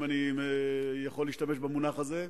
אם אני יכול להשתמש במונח הזה,